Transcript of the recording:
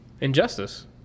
Injustice